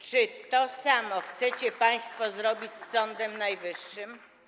Czy to samo chcecie państwo zrobić z Sądem Najwyższym?